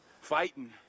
fighting